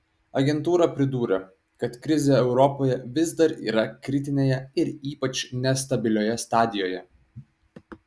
agentūra pridūrė kad krizė europoje vis dar yra kritinėje ir ypač nestabilioje stadijoje